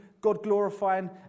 God-glorifying